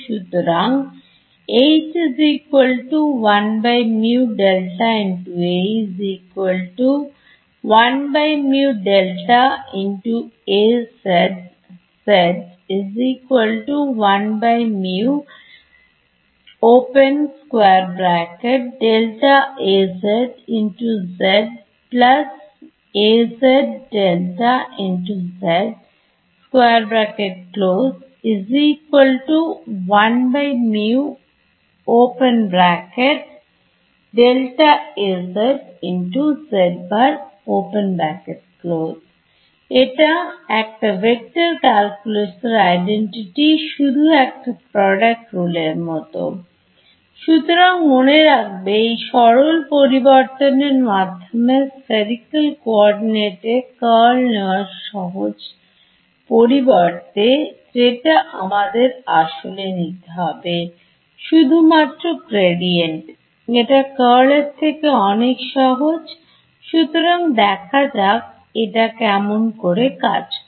সুতরাং এটা একটা Vector Calculus Identity শুধু একটা Product Rule এর মত সুতরাং মনে রাখবে এই সরল পরিবর্তনের মাধ্যমে Spherical Coordinate এ Curl নেওয়ার পরিবর্তে যেটা আমাদের আসলে নিতে হবে শুধুমাত্র gradient এটা Curl এর থেকে অনেক সহজ সুতরাং দেখা যাক এটা কেমন করে কাজ করে